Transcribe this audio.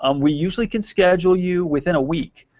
um we usually can schedule you within a week.